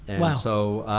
and so